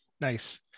Nice